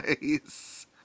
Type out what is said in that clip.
Nice